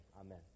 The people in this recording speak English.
amen